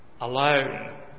alone